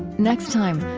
next time,